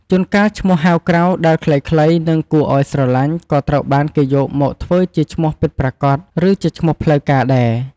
ជួនកាលឈ្មោះហៅក្រៅដែលខ្លីៗ និងគួរឲ្យស្រឡាញ់ ក៏ត្រូវបានគេយកមកធ្វើជាឈ្មោះពិតប្រាកដ ឬជាឈ្មោះផ្លូវការដែរ។